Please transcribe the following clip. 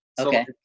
Okay